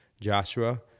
Joshua